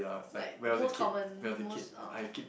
like most common most uh